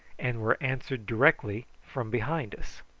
and were answered directly from behind us.